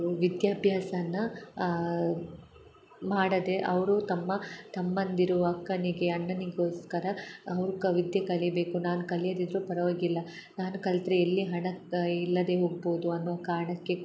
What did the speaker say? ವಿದ್ಯಾಭ್ಯಾಸವನ್ನ ಮಾಡದೆ ಅವರು ತಮ್ಮ ತಮ್ಮಂದಿರು ಅಕ್ಕನಿಗೆ ಅಣ್ಣನಿಗೋಸ್ಕರ ಅವ್ಕ ವಿದ್ಯೆ ಕಲಿಬೇಕು ನಾನು ಕಲಿಯದಿದ್ದರೂ ಪರವಾಗಿಲ್ಲ ನಾನು ಕಲ್ತ್ರೆ ಎಲ್ಲಿ ಹಣ ಇಲ್ಲದೆ ಹೋಗ್ಬೌದು ಅನ್ನೋ ಕಾರಣಕ್ಕೆ ಕೂಡ